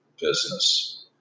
business